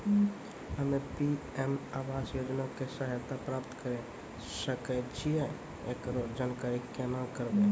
हम्मे पी.एम आवास योजना के सहायता प्राप्त करें सकय छियै, एकरो जानकारी केना करबै?